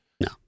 No